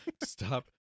Stop